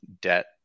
debt